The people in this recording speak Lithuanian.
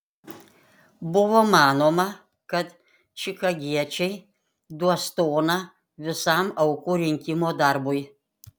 buvo manoma kad čikagiečiai duos toną visam aukų rinkimo darbui